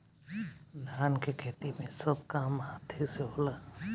धान के खेती मे सब काम हाथे से होला